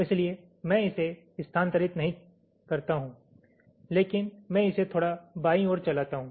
इसलिए मैं इसे स्थानांतरित नहीं करता हूं लेकिन मैं इसे थोड़ा बाई ओर चलाता हूं